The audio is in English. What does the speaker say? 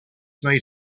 made